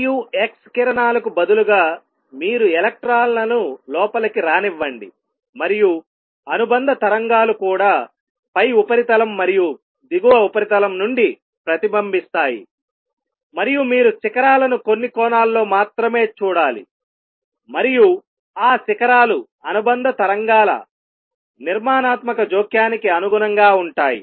మరియు X కిరణాలకు బదులుగా మీరు ఎలక్ట్రాన్లను లోపలికి రానివ్వండి మరియు అనుబంధ తరంగాలు కూడా పై ఉపరితలం మరియు దిగువ ఉపరితలం నుండి ప్రతిబింబిస్తాయిమరియు మీరు శిఖరాలను కొన్ని కోణాల్లో మాత్రమే చూడాలి మరియు ఆ శిఖరాలు అనుబంధ తరంగాల నిర్మాణాత్మక జోక్యానికి అనుగుణంగా ఉంటాయి